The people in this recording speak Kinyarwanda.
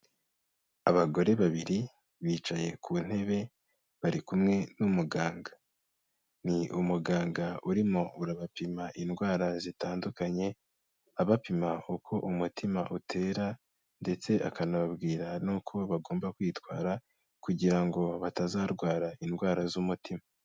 Abagore babiri, bicaye ku ntebe bari kumwe n'umuganga, ni umuganga urimo urabapima indwara zitandukanye, abapima uko umutima utera ndetse akanababwira n'uko bagomba kwitwara kugira ngo batazarwara indwara z'umutima.